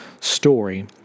story